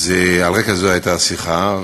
על רקע זה הייתה השיחה,